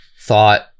thought